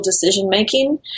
decision-making